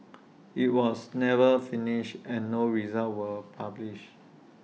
IT was never finished and no results were published